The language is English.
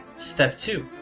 step two.